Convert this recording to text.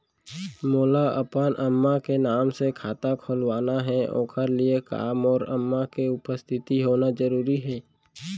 मोला अपन अम्मा के नाम से खाता खोलवाना हे ओखर लिए का मोर अम्मा के उपस्थित होना जरूरी हे?